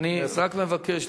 אני רק מבקש,